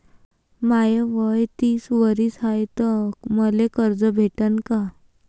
माय वय तीस वरीस हाय तर मले कर्ज भेटन का?